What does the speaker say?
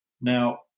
Now